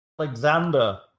Alexander